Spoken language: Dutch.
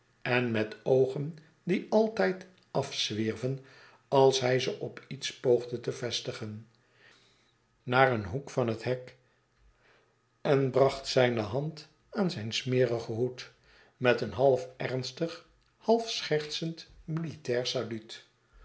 en metoogen die altijd afzwierven als hij ze op iets poogde te vestigen naar een hoek van het hek en bracht zijne hand aan zijn smerigen hoed met een half ernstig half schertsend militair saluut